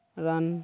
ᱨᱟᱱ